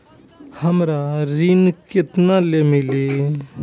हमरा ऋण केतना ले मिली?